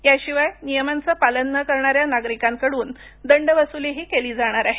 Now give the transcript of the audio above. या शिवाय नियमांचं पालन न करणाऱ्या नागरिकांकडून दंडवसुलीही केली जाणार आहे